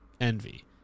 envy